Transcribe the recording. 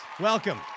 Welcome